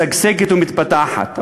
משגשגת ומתפתחת.